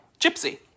Gypsy